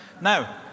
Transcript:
Now